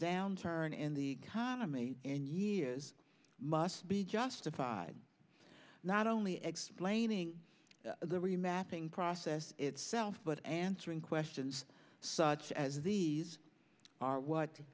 downturn in the economy in years must be justified not only explaining the remapping process itself but answering questions such as these are what